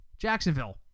Jacksonville